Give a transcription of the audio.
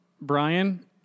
Brian